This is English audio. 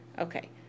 Okay